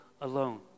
alone